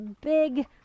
big